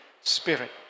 Spirit